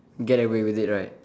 get away with it right